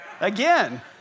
again